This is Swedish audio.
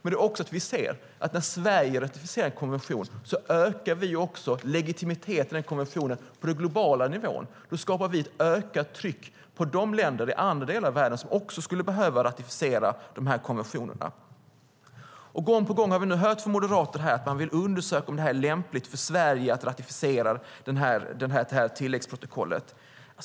Vi ser också att när Sverige ratificerar en konvention ökar vi legitimiteten för konventionen på en global nivå. Då skapar vi ett ökat tryck på de länder i andra delar av världen som också skulle behöva ratificera konventionen. Gång på gång har vi hört från Moderaterna att de vill undersöka om det är lämpligt för Sverige att ratificera detta tilläggsprotokoll.